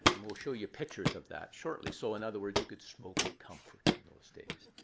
and we'll show you pictures of that shortly. so in other words, you could smoke in comfort in those days.